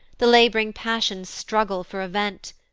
the lab'ring passions struggle for a vent.